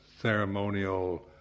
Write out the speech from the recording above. ceremonial